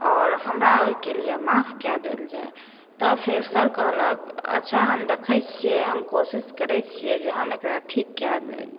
आओर हमरा ओहिके लिए माफ कऽ देल जाए तँ फेर सर कहलक अच्छा हम देखै छिए हम कोशिश करै छिए जे हम एकरा ठीक कऽ